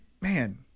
man